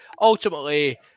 ultimately